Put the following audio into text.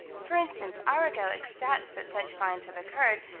for instance, arago accepts that such finds have occurred,